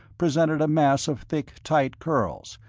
presented a mass of thick, tight curls,